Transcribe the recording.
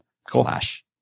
slash